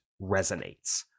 resonates